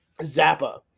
Zappa